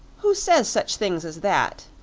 who says such things as that?